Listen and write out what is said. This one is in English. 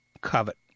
covet